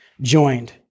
joined